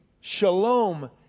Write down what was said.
shalom